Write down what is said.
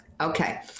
Okay